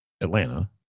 Atlanta